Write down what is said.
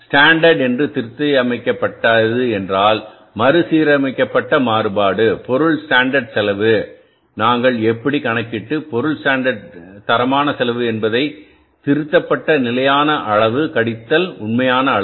standard என்று திருத்தப்பட்ட என்றால் மறுசீரமைக்கப்பட்ட மாறுபாடு பொருள் ஸ்டாண்டர்ட் செலவு நாங்கள் எப்படி கணக்கிட்டு பொருள் ஸ்டாண்டர்ட் செலவுஎன்று தரமான செலவு என்பது திருத்தப்பட்ட நிலையான அளவு கழித்தல் உண்மையான அளவு